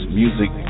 music